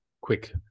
quick